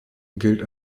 gilt